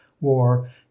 war